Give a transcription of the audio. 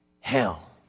hell